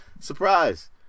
Surprise